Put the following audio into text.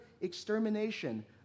extermination